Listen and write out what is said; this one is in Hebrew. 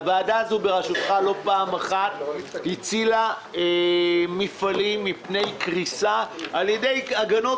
הוועדה הזו בראשותך לא פעם אחת הצילה מפעלים מפני קריסה על ידי הגנות